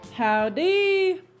Howdy